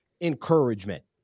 encouragement